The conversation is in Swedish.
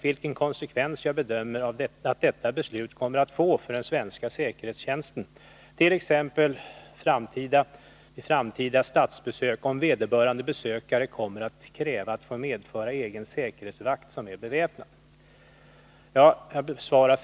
Vilken konsekvens bedömer justitieministern att detta beslut kommer att få för den svenska säkerhetstjänsten vid t.ex. framtida statsbesök om vederbörande besökande kommer att kräva att få medföra egen säkerhetsvakt, som är beväpnad?